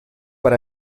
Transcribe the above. per